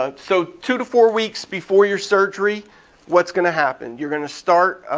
ah so two to four weeks before your surgery what's gonna happen. you're gonna start,